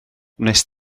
wnest